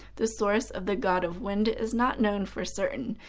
the source of the god of wind is not known for certain.